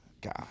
God